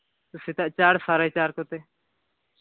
ᱥᱮᱛᱟᱜ ᱪᱟᱨ ᱥᱟᱲᱮ ᱪᱟᱨ ᱠᱚᱛᱮ